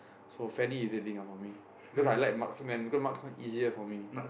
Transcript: so Fanny is irritating lah for me because I I like marksman because marksman easier for me